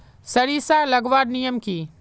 सरिसा लगवार नियम की?